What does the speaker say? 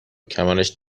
کمرش